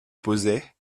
posait